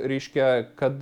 reiškia kad